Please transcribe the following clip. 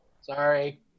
Sorry